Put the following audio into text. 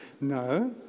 No